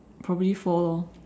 probably four lor